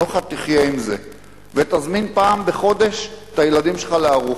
אומרים לך: תחיה עם זה ותזמין פעם בחודש את הילדים שלך לארוחה,